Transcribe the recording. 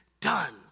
done